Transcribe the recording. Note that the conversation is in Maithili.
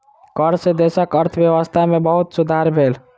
कर सॅ देशक अर्थव्यवस्था में बहुत सुधार भेल